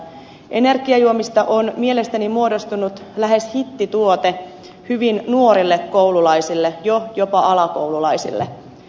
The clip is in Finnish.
energiajuomista on mielestäni muodostunut lähes hittituote hyvin nuorille koululaisille jo jopa alakoululaisille